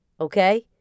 okay